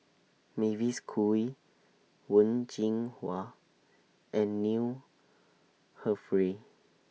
Mavis Khoo Oei Wen Jinhua and Neil Humphreys